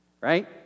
right